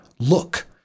Look